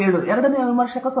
7 ಮತ್ತು ಎರಡನೆಯ ವಿಮರ್ಶಕರು 0